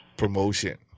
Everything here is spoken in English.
promotion